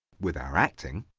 with our acting.